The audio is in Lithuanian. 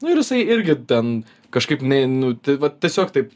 nu ir jisai irgi ten kažkaip nei nu tai va tiesiog taip